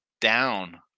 down